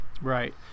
Right